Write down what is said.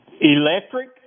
electric